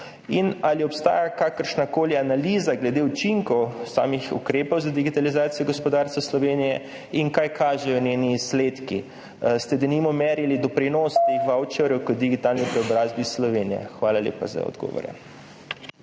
Ali obstaja kakršnakoli analiza glede učinkov samih ukrepov za digitalizacijo gospodarstva Slovenije in kaj kažejo njeni izsledki? Ste denimo merili doprinos teh vavčerjev k digitalni preobrazbi Slovenije? Hvala lepa za odgovore.